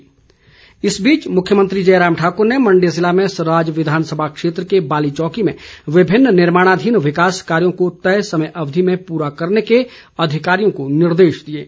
जयराम इस बीच मुख्यमंत्री जयराम ठाकुर ने मंडी जिले में सराज विधानसभा क्षेत्र के बालीचौकी में विभिन्न निर्माणाधीन विकासे कार्यो को तय समय अवधि में पूरा करने के अधिकारियों को निर्देश दिए हैं